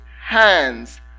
hands